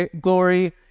Glory